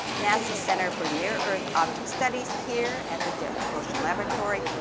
nasa's center for near earth object studies, here at the jet propulsion laboratory,